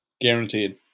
guaranteed